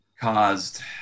caused